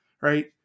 right